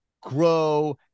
grow